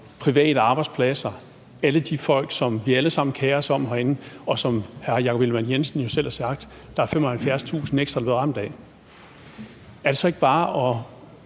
private arbejdspladser og alle de folk, som vi alle sammen kerer os om herinde, og som hr. Jakob Ellemann-Jensen jo selv har sagt: Der er 70.000 ekstra, der bliver ramt. Er det så ikke bare at